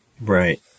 Right